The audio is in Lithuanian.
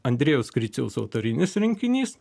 andriejaus kricias autorinis rinkinys